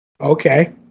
Okay